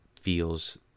feels